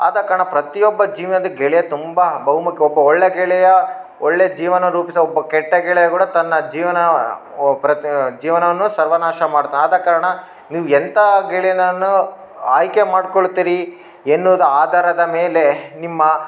ಆದ ಕಾರಣ ಪ್ರತಿಯೊಬ್ಬ ಜೀವನದ ಗೆಳೆಯ ತುಂಬ ಬಹುಮುಖ್ಯ ಒಬ್ಬ ಒಳ್ಳೆಯ ಗೆಳೆಯ ಒಳ್ಳೆಯ ಜೀವನ ರೂಪಿಸುವ ಒಬ್ಬ ಕೆಟ್ಟ ಗೆಳೆಯ ಕೂಡ ತನ್ನ ಜೀವನ ಒ ಪ್ರತಿ ಜೀವನವನ್ನು ಸರ್ವನಾಶ ಮಾಡ್ತಾ ಆದ ಕಾರಣ ನೀವು ಎಂಥ ಗೆಳೆಯನನ್ನು ಆಯ್ಕೆ ಮಾಡ್ಕೋಳ್ತೀರಿ ಎನ್ನುದು ಆಧಾರದ ಮೇಲೆ ನಿಮ್ಮ